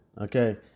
Okay